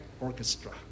Orchestra